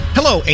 Hello